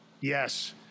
Yes